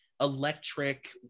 electric